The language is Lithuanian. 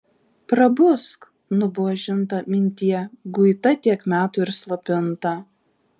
prabusk nubuožinta mintie guita tiek metų ir slopinta